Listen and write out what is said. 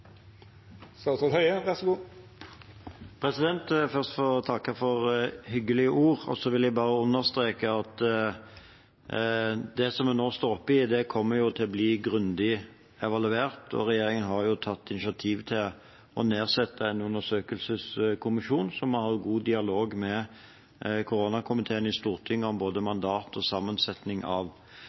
først få takke for hyggelige ord! Og så vil jeg bare understreke at det vi nå står oppe i, kommer til å bli grundig evaluert. Regjeringen har tatt initiativ til å nedsette en undersøkelseskommisjon, som vi har en god dialog med koronakomiteen i Stortinget om både mandatet for og sammensetningen av.